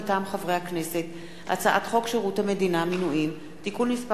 מטעם הכנסת: הצעת חוק שירות המדינה (מינויים) (תיקון מס'